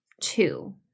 two